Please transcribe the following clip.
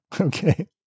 okay